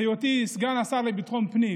בהיותי סגן השר לביטחון פנים